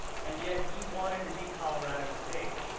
and yet he wanted to beat colorado state.